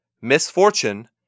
Misfortune